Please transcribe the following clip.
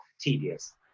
tedious